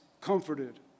comforted